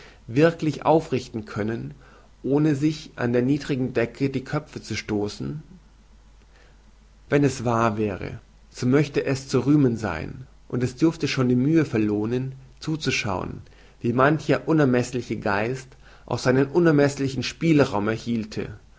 wirklich aufrichten können ohne sich an der niedern decke die köpfe zu zerstoßen wenn es wahr wäre so möchte es zu rühmen sein und es dürfte schon die mühe verlohnen zu zu schauen wie mancher unermeßliche geist auch seinen unermeßlichen spielraum erhielte